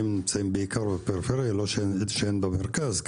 וזה לא שאין במרכז.